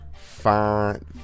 fine